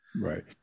Right